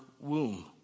womb